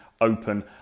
open